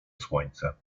słońce